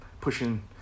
pushing